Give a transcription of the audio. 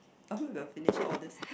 I hope we will finish all this